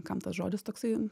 kam tas žodis toksai